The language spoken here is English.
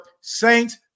Saints